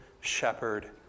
shepherd